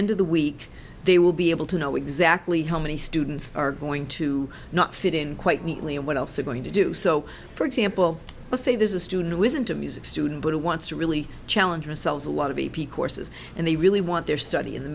end of the week they will be able to know exactly how many students are going to not fit in quite neatly and what else they're going to do so for example let's say there's a student who isn't a music student but who wants to really challenge ourselves a lot of a p courses and they really want there's study in the